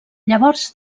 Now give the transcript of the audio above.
llavors